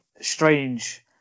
strange